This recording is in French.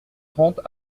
trente